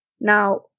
Now